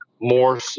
more